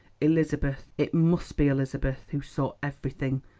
elizabeth, it must be elizabeth, who saw everything,